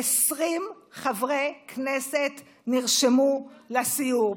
20 חברי כנסת נרשמו לסיור.